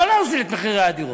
לא להוריד את מחירי הדירות,